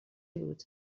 بود